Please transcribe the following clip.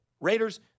Raiders